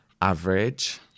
average